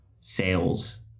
sales